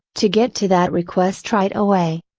to get to that request right away.